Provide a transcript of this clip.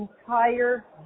entire